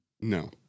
No